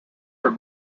her